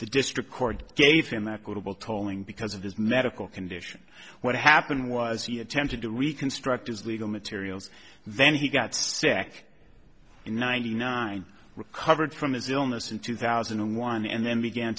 the district court gave him that quotable tolling because of his medical condition what happened was he attempted to reconstruct his legal materials then he got sick in ninety nine recovered from his illness in two thousand and one and then began